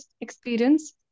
experience